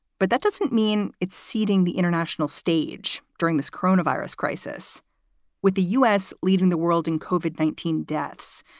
but that doesn't mean it's ceding the international stage during this crohn virus crisis with the u s. leading the world in cauvin, nineteen deaths.